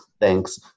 Thanks